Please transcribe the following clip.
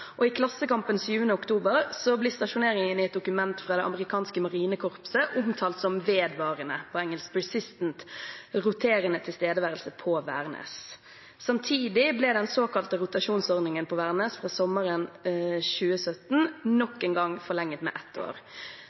Og i Klassekampen 7. oktober blir stasjoneringen i et dokument fra det amerikanske marinekorpset omtalt som «vedvarende – på engelsk «persistent» – roterende tilstedeværelse» på Værnes. Samtidig ble den såkalte rotasjonsordningen på Værnes fra sommeren 2017 nok en gang forlenget med ett år.